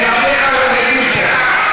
בלעדיך לא זזים פה.